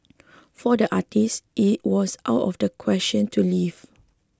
for the artist it was out of the question to leave